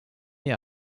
née